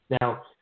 Now